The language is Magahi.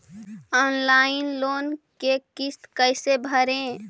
ऑनलाइन लोन के किस्त कैसे भरे?